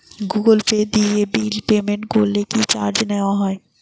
Google Pay দিয়ে bill payment করলে কি চার্জ নেওয়া হয়?